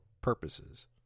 purposes